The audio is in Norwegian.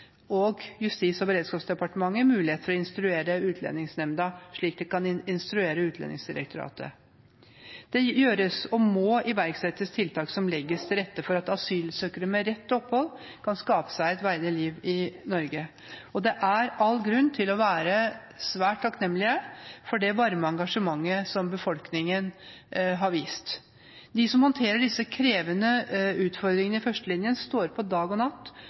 og Justis- og beredskapsdepartementet mulighet for å instruere Utlendingsnemnda, slik de kan instruere Utlendingsdirektoratet. Det gjøres og må iverksettes tiltak som legger til rette for at asylsøkere med rett til opphold, kan skape seg et verdig liv i Norge. Og det er all grunn til å være svært takknemlig for det varme engasjementet som befolkningen har vist. De som håndterer disse krevende utfordringene i førstelinjen, står på dag og natt,